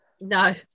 No